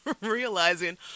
realizing